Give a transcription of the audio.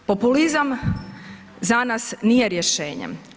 Populizam za nas nije rješenje.